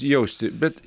jausti bet